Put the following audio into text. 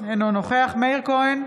אינו נוכח מאיר כהן,